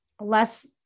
less